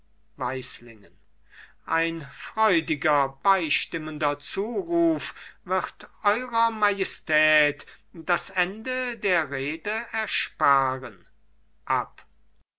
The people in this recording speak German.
weislingen ein freudiger beistimmender zuruf wird eurer majestät das ende der rede ersparen